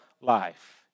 life